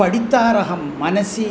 पठितारः मनसि